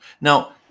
Now